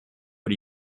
but